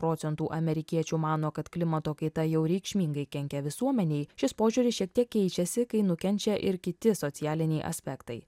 procentų amerikiečių mano kad klimato kaita jau reikšmingai kenkia visuomenei šis požiūris šiek tiek keičiasi kai nukenčia ir kiti socialiniai aspektai